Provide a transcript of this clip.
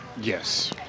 Yes